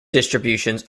distributions